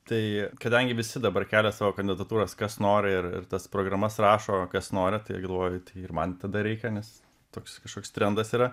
tai kadangi visi dabar kelia savo kandidatūras kas nori ir tas programas rašo kas nori tai galvoju tai ir man tada reikia nes toks kažkoks trendas yra